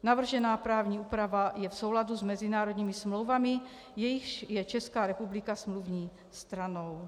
Navržená právní úprava je v souladu s mezinárodními smlouvami, jichž je Česká republika smluvní stranou.